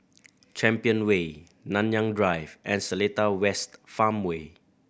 Champion Way Nanyang Drive and Seletar West Farmway